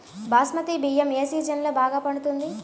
బాస్మతి బియ్యం ఏ సీజన్లో బాగా పండుతుంది?